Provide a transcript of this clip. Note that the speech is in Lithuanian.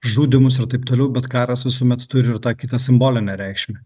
žudymus ir taip toliau bet karas visuomet turi ir tą kitą simbolinę reikšmę